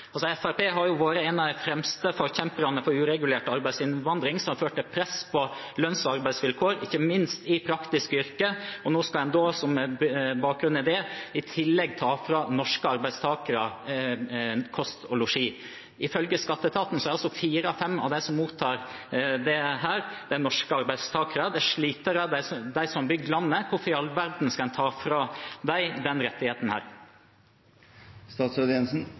har vært en av de fremste forkjemperne for uregulert arbeidsinnvandring, som har ført til press på lønns- og arbeidsvilkår, ikke minst i praktiske yrker. Nå skal en i tillegg – med bakgrunn i det – ta fra norske arbeidstakere fradrag for kost og losji. Ifølge skatteetaten er fire av fem av dem som får dette fradraget, norske arbeidstakere. Det er slitere, de som har bygd landet. Hvorfor i all verden skal en ta fra dem denne rettigheten?